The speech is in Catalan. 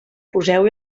poseu